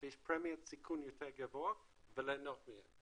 שיש פרמיית סיכון יותר גבוהה וליהנות מהם.